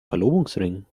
verlobungsring